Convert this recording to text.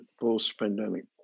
post-pandemic